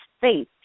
faith